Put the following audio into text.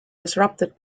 disrupted